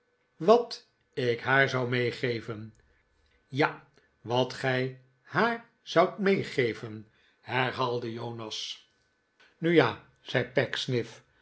wat ik haar zou meegeven ja wat gij haar zoudt meegeven herhaalde jonas nu ja zei